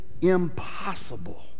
impossible